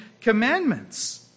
Commandments